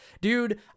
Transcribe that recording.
Dude